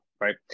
right